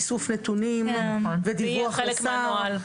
איסוף נתונים ודיווח לשר.